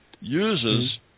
uses